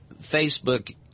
Facebook